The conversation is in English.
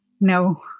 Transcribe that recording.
no